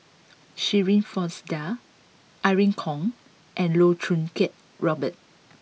Shirin Fozdar Irene Khong and Loh Choo Kiat Robert